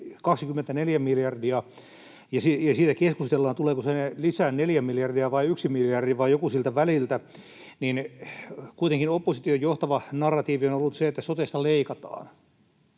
24 miljardia ja siitä keskustellaan, tuleeko siihen lisää neljä miljardia vai yksi miljardi vai jotain siltä väliltä, niin kuitenkin opposition johtava narratiivi on ollut se, että sotesta leikataan.